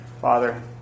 Father